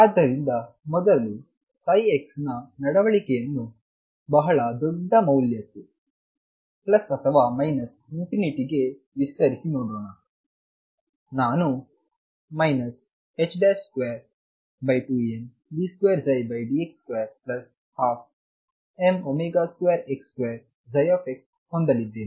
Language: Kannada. ಆದ್ದರಿಂದ ಮೊದಲು psi x ನ ನಡವಳಿಕೆಯನ್ನು ಬಹಳ ದೊಡ್ಡ ಮೌಲ್ಯಕ್ಕೆ ಪ್ಲಸ್ ಅಥವಾ ಮೈನಸ್ ಇನ್ಫಿನಿಟಿಗೆ ವಿಸ್ತರಿಸಿ ನೋಡೋಣ ನಾನು 22md2dx2 12m2x2x ಹೊಂದಲಿದ್ದೇನೆ